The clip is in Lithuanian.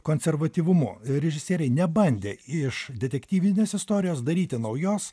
konservatyvumu režisieriai nebandė iš detektyvinės istorijos daryti naujos